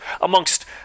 amongst